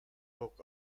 book